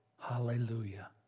hallelujah